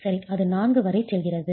சரி அது 4 வரை செல்கிறது